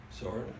Sorry